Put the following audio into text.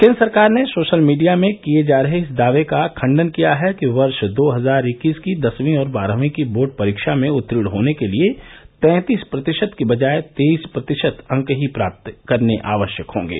केन्द्र सरकार ने सोशल मीडिया में किये जा रहे इस दावे का खंडन किया है कि वर्ष दो हजार इक्कीस की दसवीं और बारहवीं की बोर्ड परीक्षा में उत्तीर्ण होने के लिए तैंतीस प्रतिशत की बजाय तेईस प्रतिशत अंक ही प्राप्त करने आवश्यक होंगे